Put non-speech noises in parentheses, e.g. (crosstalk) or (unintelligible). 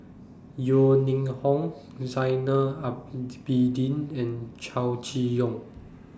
Yeo Ning Hong Zainal (unintelligible) and Chow Chee Yong